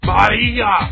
Maria